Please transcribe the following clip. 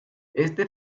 éste